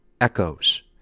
echoes